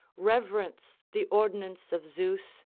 reverence the ordinance of zeus,